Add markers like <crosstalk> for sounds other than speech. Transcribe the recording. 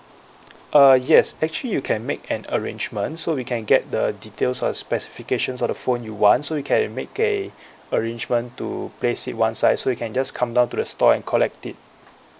uh yes actually you can make an arrangement so we can get the details or specifications of the phone you want so you can make a <breath> arrangement to place it one side so you can just come down to the store and collect it